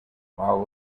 while